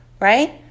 Right